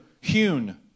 hewn